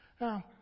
Now